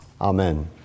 Amen